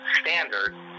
standard